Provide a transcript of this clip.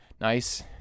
nice